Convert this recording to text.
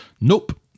Nope